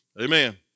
Amen